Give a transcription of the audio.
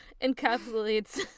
encapsulates